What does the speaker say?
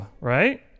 right